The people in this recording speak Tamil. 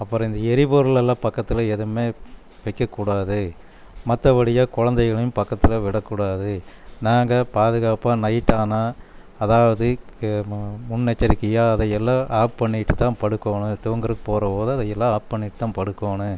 அப்புறம் இந்த எரிபொருளெல்லாம் பக்கத்தில் எதுவுமே வைக்கக்கூடாது மற்றபடியா குழந்தைகளையும் பக்கத்தில் விடக்கூடாது நாங்கள் பாதுகாப்பாக நைட்டானால் அதாவது முன்னெச்சரிக்கையாக அதையெல்லாம் ஆஃப் பண்ணிட்டு தான் படுக்கணும் தூங்குறதுக்கு போகிறபோது அதையெல்லாம் ஆஃப் பண்ணிட்டு தான் படுக்கணும்